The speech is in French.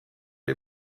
est